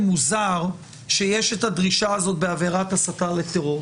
מוזר שיש את הדרישה הזאת בעבירת הסתה לטרור,